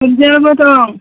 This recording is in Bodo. दुन्दियाबो दं